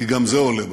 כי גם זה עולה בציבור,